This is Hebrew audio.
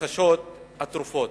נרכשות התרופות.